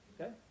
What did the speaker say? Okay